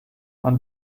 man